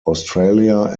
australia